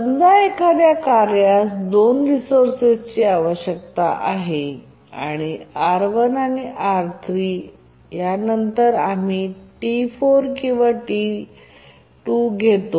समजा एखाद्या कार्यास 2 रिसोर्स आवश्यक आहेत R1 आणि R3 आणि त्यानंतर आम्ही T2किंवा T4 घेतो